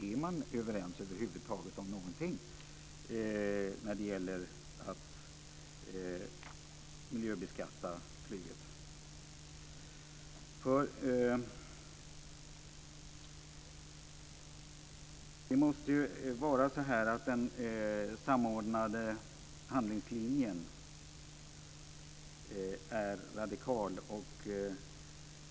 Är man över huvud taget överens om någonting när det gäller att miljöbeskatta flyget? Den samordnade handlingslinjen måste ju vara radikal.